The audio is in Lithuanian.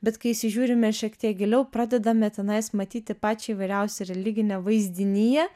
bet kai įsižiūrime šiek tiek giliau pradedame tenais matyti pačią įvairiausią religinę vaizdiniją